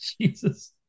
Jesus